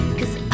Cause